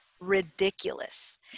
ridiculous